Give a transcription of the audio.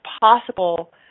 possible